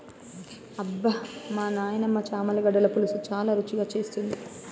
అబ్బమా నాయినమ్మ చామగడ్డల పులుసు చాలా రుచిగా చేస్తుంది